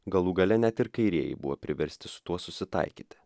galų gale net ir kairieji buvo priversti su tuo susitaikyti